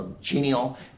genial